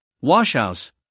washhouse